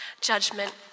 judgment